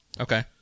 Okay